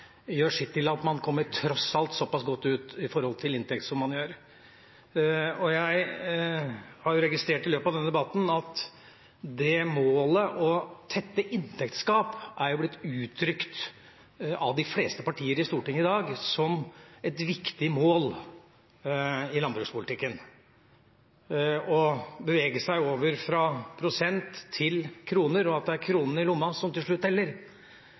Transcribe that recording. gjør sitt til at man tross alt kommer så godt ut som man gjør når det gjelder inntekter. Jeg har registrert i løpet av denne debatten at målet om å tette inntektsgap har blitt uttrykt av de fleste partier i Stortinget i dag som et viktig mål i landbrukspolitikken – å bevege seg over fra prosenter til kroner, og at det er kronene i lomma som til slutt